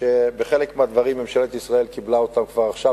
ובחלק מהדברים ממשלת ישראל קיבלה אותם כבר עכשיו,